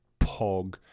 Pog